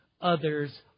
others